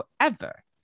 forever